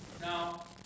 Now